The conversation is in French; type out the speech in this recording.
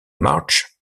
march